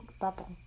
bubble